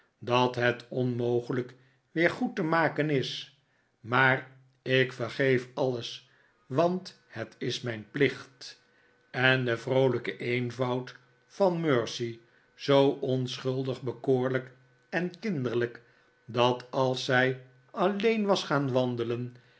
dat het onmogelijk weer goed te maken is maar ik vergeef alles want dat is mijn plicht en de vroolijke eenvoud van mercy zoo onschuldig bekoorlijk en kinderlijk dat als zij alleen was gaan wandelen